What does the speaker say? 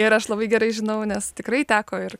ir aš labai gerai žinau nes tikrai teko ir